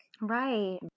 Right